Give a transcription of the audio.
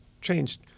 changed